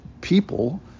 people